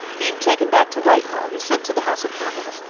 being taken back to whitehall, he sent to the house of commons,